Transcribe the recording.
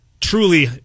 truly